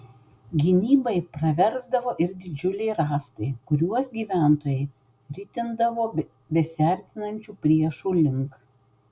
gynybai praversdavo ir didžiuliai rąstai kuriuos gyventojai ritindavo besiartinančių priešų link